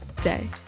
day